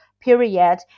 period